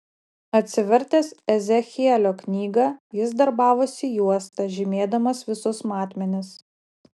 atsivertęs ezechielio knygą jis darbavosi juosta žymėdamas visus matmenis